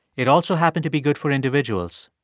it also happened to be good for individuals.